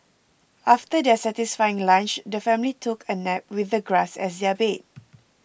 after their satisfying lunch the family took a nap with the grass as their bed